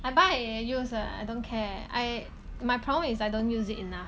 I buy and use uh I don't care I my problem is that I don't use it enough